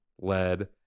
lead